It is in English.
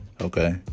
Okay